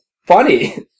funny